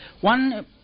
one